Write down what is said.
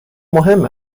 مهم